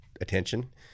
attention